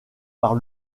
par